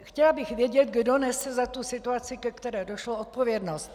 Chtěla bych vědět, kdo nesl za tu situaci, ke které došlo, odpovědnost.